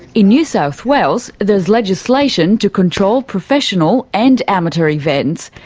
in new south wales there's legislation to control professional and amateur events,